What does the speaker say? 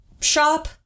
shop